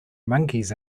monkeys